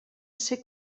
ser